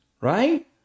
right